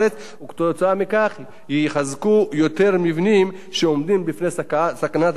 וכתוצאה מכך יחוזקו יותר מבנים שעומדים בפני סכנת רעידות אדמה.